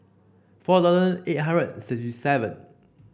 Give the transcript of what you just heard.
four thousand eight hundred and sixty seven